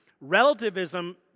relativism